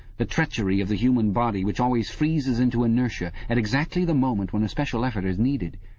the treachery of the human body which always freezes into inertia at exactly the moment when a special effort is needed.